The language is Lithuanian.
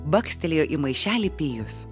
bakstelėjo į maišelį pijus